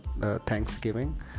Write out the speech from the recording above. Thanksgiving